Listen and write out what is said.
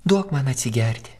duok man atsigerti